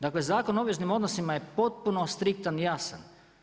Dakle, Zakon o obveznim odnosima je potpuno striktan i jasan.